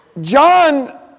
John